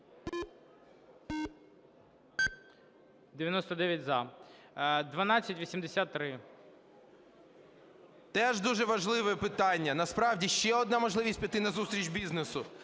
О.О. Теж дуже важливе питання. Насправді ще одна можливість піти назустріч бізнесу.